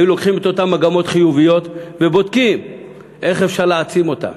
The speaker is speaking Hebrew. היו לוקחים את אותן מגמות חיוביות ובודקים איך אפשר להעצים אותן.